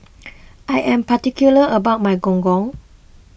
I am particular about my Gong Gong